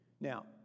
Now